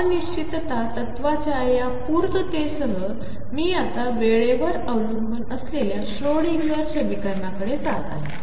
अनिश्चिततातत्त्वाच्यायापूर्णतेसहमीआतावेळेवरअवलंबूनअसलेल्याश्रोडिंगरसमीकरणाकडेजातआहे